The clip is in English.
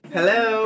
Hello